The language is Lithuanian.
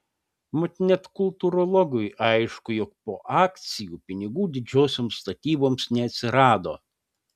mat net kultūrologui aišku jog po akcijų pinigų didžiosioms statyboms neatsirado